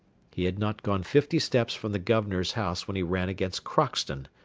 he had not gone fifty steps from the governor's house when he ran against crockston.